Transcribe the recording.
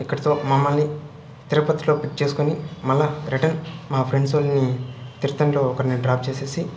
ఇక్కడితో మమ్మల్ని తిరపతిలో పిక్ చేసుకొని మరలా రిటర్న్ మా ఫ్రెండ్సుని తిరుత్తణిలో ఒకడిని డ్రాప్ చేసి